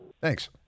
Thanks